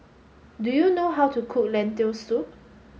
do you know how to cook Lentil Soup